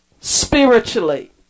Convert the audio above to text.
spiritually